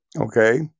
Okay